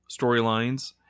storylines